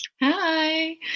Hi